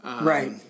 Right